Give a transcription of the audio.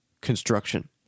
construction